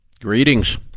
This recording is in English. Greetings